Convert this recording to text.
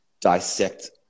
dissect